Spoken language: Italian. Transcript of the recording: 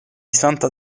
santa